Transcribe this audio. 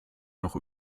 noch